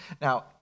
Now